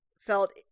felt